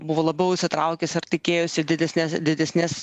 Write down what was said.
buvo labiau įsitraukęs ar tikėjosi didesnės didesnės